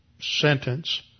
sentence